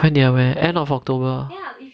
when did I went end of october